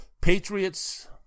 Patriots